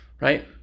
right